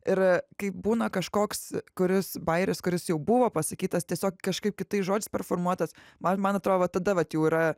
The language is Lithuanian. ir kai būna kažkoks kuris bajeris kuris jau buvo pasakytas tiesiog kažkaip kitais žodžiais performuotas man man atrodo vat tada vat jau yra